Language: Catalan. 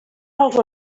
als